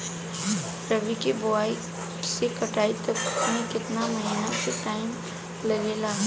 रबी के बोआइ से कटाई तक मे केतना महिना के टाइम लागेला?